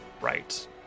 Right